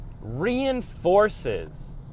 reinforces